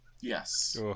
yes